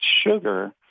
sugar